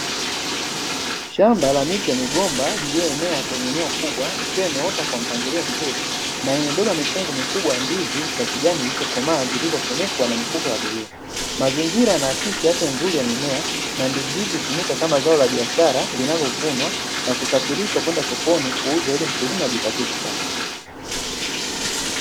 Shamba la miti ya migomba, liliyoenea kwenye eneo kubwa ikiwa imeota kwa mpangilio mzuri na imebeba mikungu mikubwa ya ndizi za kijani zilizokomaa, zilizofunikwa na mifunko ya bluu. Mazingira yanaakisi afya nzuri ya mimea, na ndizi hizi hutumika kama zao la biashara linalovunwa na kusafirishwa kwenda sokoni kuuzwa, ili mkulima ajipatie kipato.